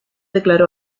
declaró